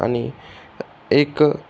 आणि एक